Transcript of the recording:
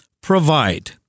provide